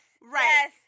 Right